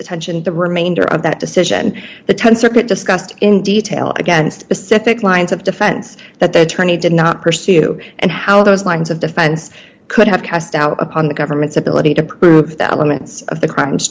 attention the remainder of that decision the ten circuit discussed in detail against a specific lines of defense that the tourney did not pursue and how those lines of defense could have cast doubt upon the government's ability to prove that laments of the crimes